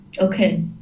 Okay